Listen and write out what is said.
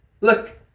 Look